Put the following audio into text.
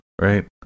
right